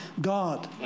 God